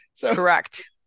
Correct